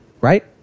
right